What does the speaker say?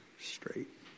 straight